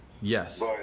Yes